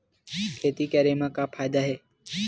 खेती करे म का फ़ायदा हे?